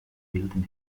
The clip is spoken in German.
wilden